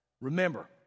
Remember